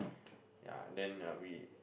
ya then uh we